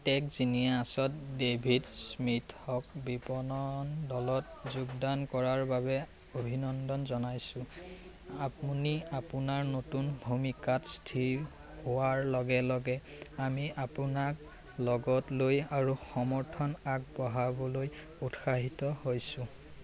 টেকজিনিয়াছত David স্মিথক বিপণন দলত যোগদান কৰাৰ বাবে অভিনন্দন জনাইছো আপুনি আপোনাৰ নতুন ভূমিকাত স্থিৰ হোৱাৰ লগে লগে আমি আপোনাক লগতলৈ আৰু সমৰ্থন আগবঢ়াবলৈ উৎসাহিত হৈছো